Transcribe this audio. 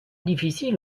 difficile